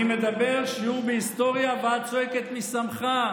אני מדבר על שיעור בהיסטוריה ואת צועקת "מי שמך"?